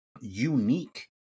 unique